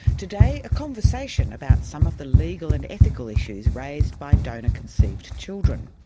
today, a conversation about some of the legal and ethical issues raised by donor conceived children.